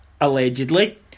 allegedly